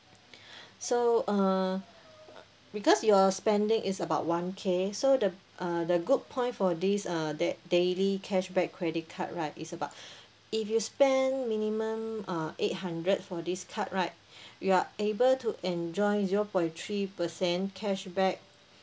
so uh because your spending is about one K so the uh the good point for these uh dai~ daily cashback credit card right is about if you spent minimum uh eight hundred for this card right you are able to enjoy zero point three percent cashback